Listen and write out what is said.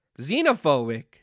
xenophobic